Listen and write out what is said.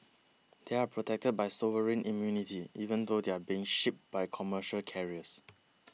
they are protected by sovereign immunity even though they are being shipped by commercial carriers